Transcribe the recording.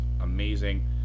amazing